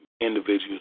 Individuals